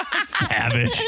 Savage